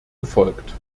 gefolgt